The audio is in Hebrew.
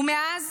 מאז